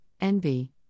envy